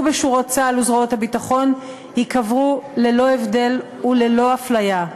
בשורות צה"ל וזרועות הביטחון ייקברו ללא הבדל וללא אפליה.